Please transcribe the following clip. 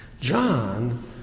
John